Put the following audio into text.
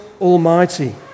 Almighty